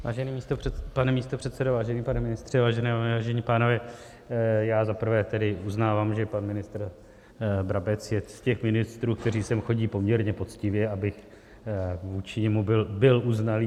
Vážený pane místopředsedo, vážený pane ministře, vážené dámy, vážení pánové, já za prvé tedy uznávám, že pan ministr Brabec je z těch ministrů, kteří sem chodí poměrně poctivě, abych vůči němu byl uznalý.